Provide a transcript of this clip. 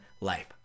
life